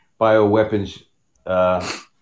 bioweapons